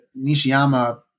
nishiyama